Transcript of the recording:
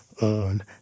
on